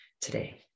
today